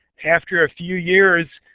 after a few years